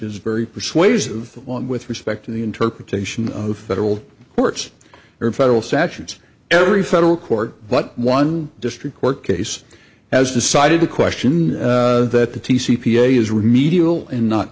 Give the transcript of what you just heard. is very persuasive along with respect to the interpretation of federal courts or federal statutes every federal court but one district court case has decided the question that the t c p is remedial and not